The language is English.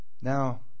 Now